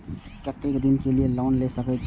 केते दिन के लिए लोन ले सके छिए?